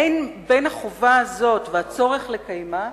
אין בין החובה הזאת והצורך לקיימה,